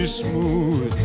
smooth